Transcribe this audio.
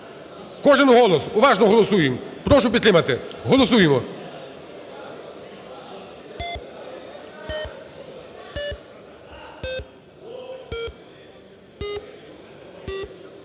кожен голос, уважно голосуємо, прошу підтримати, голосуємо.